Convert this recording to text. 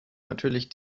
natürlich